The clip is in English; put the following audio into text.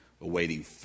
awaiting